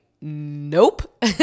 Nope